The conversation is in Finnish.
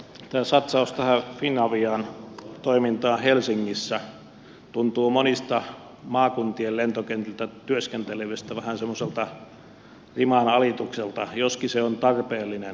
tämä satsaus tähän finavian toimintaan helsingissä tuntuu monista maakuntien lentokentillä työskentelevistä vähän semmoiselta rimanalitukselta joskin se on tarpeellinen